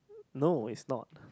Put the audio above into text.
no is not